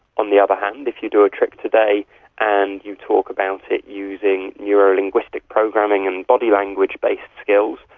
on the other hand, if you do a trick today and you talk about it using neurolinguistic programming and body language-based skills,